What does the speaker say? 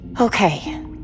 Okay